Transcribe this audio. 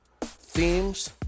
themes